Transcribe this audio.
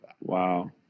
wow